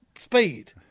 Speed